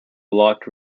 locked